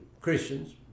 Christians